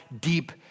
deep